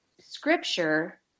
scripture